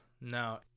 no